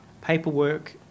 paperwork